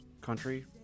country